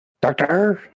Doctor